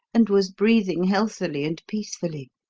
and was breathing healthily and peacefully.